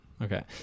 Okay